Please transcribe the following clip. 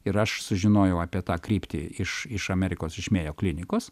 ir aš sužinojau apie tą kryptį iš iš amerikos iš mėjo klinikos